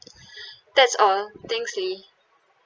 that's all thanks lily